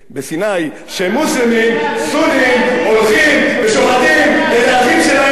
שמוסלמים סונים הולכים ושוחטים את האחים שלהם בערב,